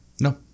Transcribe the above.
No